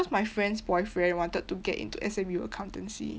because my friend's boyfriend wanted to get into S_M_U accountancy